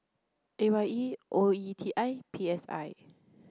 A Y E O E T I P S I